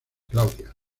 claudia